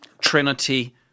Trinity